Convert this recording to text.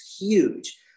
huge